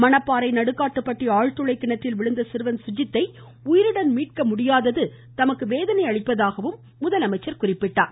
மணப்பாறை நடுக்காட்டுப்பட்டி ஆழ்துளை கிணற்றில் விழுந்த சிறுவன் சுஜித்தை உயிருடன் மீட்க முடியாதது தமக்கு வேதனை அளிப்பதாக அவர் குறிப்பிட்டார்